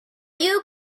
you